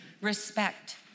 respect